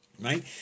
Right